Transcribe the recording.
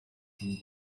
von